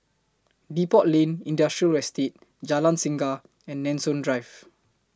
Depot Lane Industrial Estate Jalan Singa and Nanson Drive